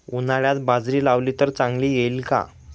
उन्हाळ्यात बाजरी लावली तर चांगली येईल का?